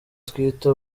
twita